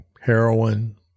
heroin